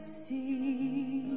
see